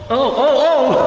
oh,